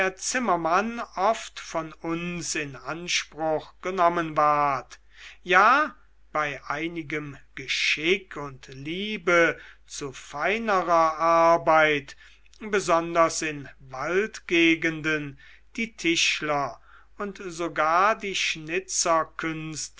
der zimmermann oft von uns in anspruch genommen ward ja bei einigem geschick und liebe zu feinerer arbeit besonders in waldgegenden die tischler und sogar die